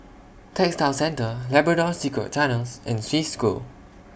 Textile Centre Labrador Secret Tunnels and Swiss School